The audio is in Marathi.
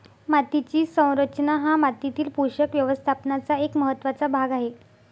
मातीची संरचना हा मातीतील पोषक व्यवस्थापनाचा एक महत्त्वाचा भाग आहे